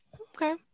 okay